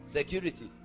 Security